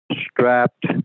strapped